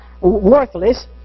worthless